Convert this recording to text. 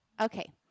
Okay